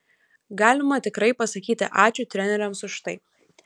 galima tikrai pasakyti ačiū treneriams už tai